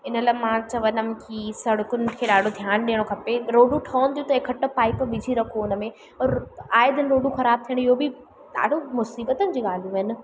इन लाइ मां चवंदमि की सड़कुनि खे ॾाढो ध्यानु ॾियणो खपे रोडूं ठहंदियूं त इकठो पाइप विझी रखियो उन में और आए दिन रोडूं ख़राबु थियणु इहो बि ॾाढो मूसीबतनि जी ॻाल्हियूं आहिनि